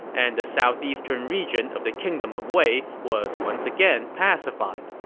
and the southeastern region of the kingdom of wei was once again pacified.